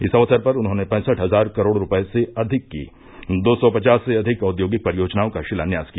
इस अवसर पर उन्होंने पैसठ हज़ार करोड़ रूपये से अधिक की दो सौ पचास से अधिक औद्योगिक परियोजनाओं का शिलान्यास किया